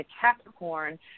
Capricorn